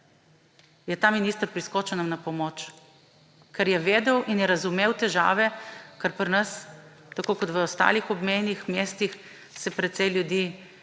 je ta minister priskočil na pomoč, ker je vedel in je razumel težave. Ker pri nas, tako kot v ostalih obmejnih mestih, se precej ljudi